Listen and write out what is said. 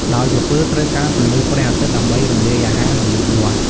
ដោយក្រពើត្រូវការពន្លឺព្រះអាទិត្យដើម្បីរំលាយអាហារ និងលូតលាស់។